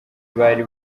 bari